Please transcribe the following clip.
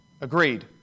agreed